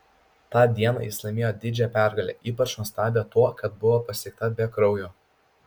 tą dieną jis laimėjo didžią pergalę ypač nuostabią tuo kad buvo pasiekta be kraujo